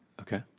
Okay